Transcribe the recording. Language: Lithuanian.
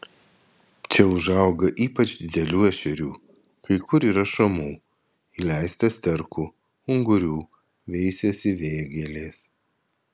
čia užauga ypač didelių ešerių kai kur yra šamų įleista sterkų ungurių veisiasi vėgėlės